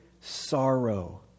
sorrow